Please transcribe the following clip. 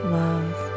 love